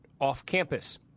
off-campus